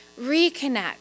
reconnect